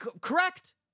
Correct